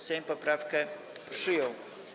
Sejm poprawkę przyjął.